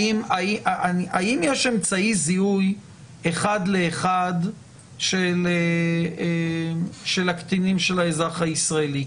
האם יש אמצעי זיהוי אחד לאחד של הילדים הקטינים של האזרח הישראלי?